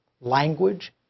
language